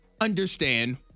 understand